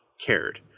cared